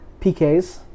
PKs